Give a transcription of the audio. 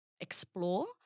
explore